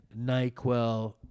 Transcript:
NyQuil